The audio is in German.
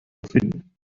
finden